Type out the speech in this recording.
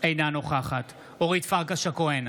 אינה נוכחת אורית פרקש הכהן,